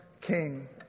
king